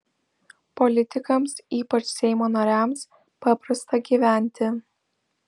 politikams ypač seimo nariams paprasta gyventi